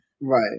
Right